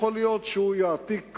יכול להיות שהוא יעתיק,